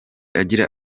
agira